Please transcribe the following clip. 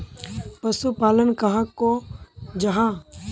पशुपालन कहाक को जाहा?